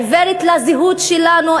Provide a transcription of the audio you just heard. עיוורת לזהות שלנו,